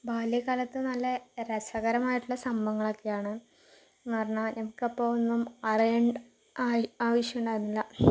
ബാല്യകാലത്ത് നല്ല രസകരമായിട്ടുള്ള സംഭവങ്ങളൊക്കെയാണ് എന്നു പറഞ്ഞാൽ എനിക്കപ്പോൾ ഒന്നും അറിയേണ്ടതായ ആവശ്യമുണ്ടായിരുന്നില്ല